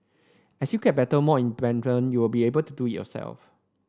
as you get better more independent you will be able to do it yourself